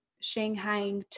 Shanghai